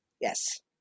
Yes